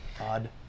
odd